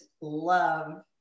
love